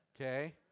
Okay